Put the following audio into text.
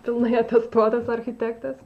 pilnai atestuotos architektės